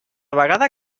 vegada